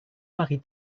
marie